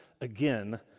again